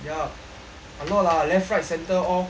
a lot lah left right centre all